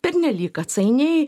pernelyg atsainiai